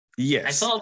Yes